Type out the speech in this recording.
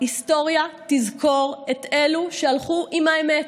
ההיסטוריה תזכור את אלה שהלכו עם האמת.